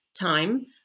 time